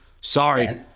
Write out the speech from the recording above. Sorry